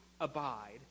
abide